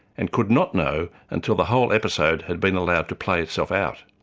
and could not know until the whole episode had been allowed to play itself out.